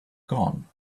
gone